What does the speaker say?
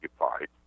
occupied